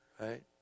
right